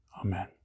Amen